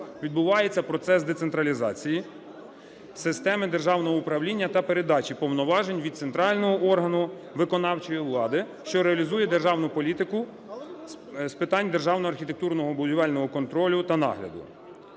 відбувається процес децентралізації системи державного управління та передачі повноважень від центрального органу виконавчої влади, що реалізує державну політику з питань державного архітектурно-будівельного контролю та нагляду,